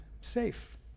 safe